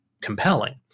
compelling